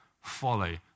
follow